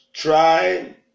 try